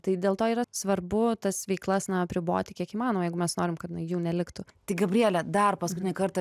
tai dėl to yra svarbu tas veiklas na apriboti kiek įmanoma jeigu mes norim kad na jų neliktų tai gabriele dar paskutinį kartą